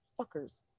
fuckers